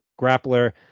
grappler